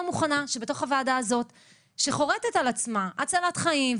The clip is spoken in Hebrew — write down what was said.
מוכנה שבתוך הוועדה הזאת שחורטת על עצמה הצלת חיים,